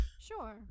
Sure